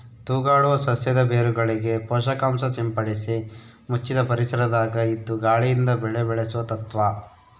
ತೂಗಾಡುವ ಸಸ್ಯದ ಬೇರುಗಳಿಗೆ ಪೋಷಕಾಂಶ ಸಿಂಪಡಿಸಿ ಮುಚ್ಚಿದ ಪರಿಸರದಾಗ ಇದ್ದು ಗಾಳಿಯಿಂದ ಬೆಳೆ ಬೆಳೆಸುವ ತತ್ವ